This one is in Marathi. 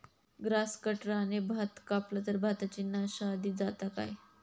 ग्रास कटराने भात कपला तर भाताची नाशादी जाता काय?